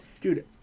Dude